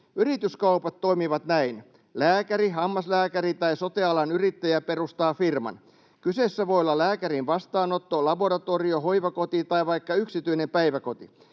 ‑yrityskaupat toimivat näin: Lääkäri, hammaslääkäri tai sote-alan yrittäjä perustaa firman. Kyseessä voi olla lääkärin vastaanotto, laboratorio, hoivakoti tai vaikka yksityinen päiväkoti.